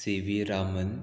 C V Raman